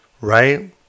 right